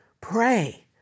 Pray